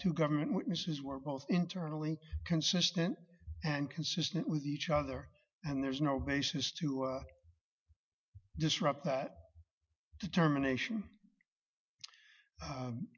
two government witnesses were both internally consistent and consistent with each other and there's no basis to disrupt that determination